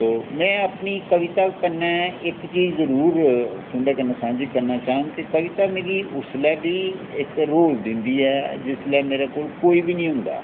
तो में अपनी कविता कन्नै इक चीज़ जरूर तुं'दे कन्नै सांझी करना चाह्ङ कि कविता मिगी उसलै बी इक र्होल दिंदी ऐ जिसलै मेरे कोल कोई बी निं होंदा ऐ